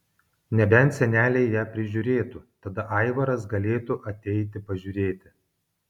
nebent seneliai ją prižiūrėtų tada aivaras galėtų ateiti pažiūrėti